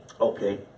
Okay